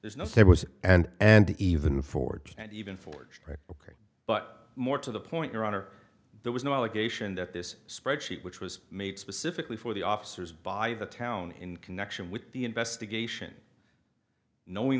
there's no say was and and even forged and even forged ok but more to the point your honor there was no allegation that this spreadsheet which was made specifically for the officers by the town in connection with the investigation knowing